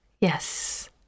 Yes